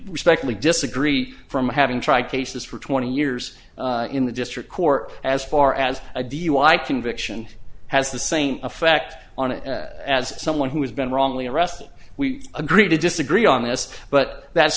respectfully disagree from having tried cases for twenty years in the district court as far as a dui conviction has the same effect on it as someone who has been wrongly arrested we agree to disagree on this but that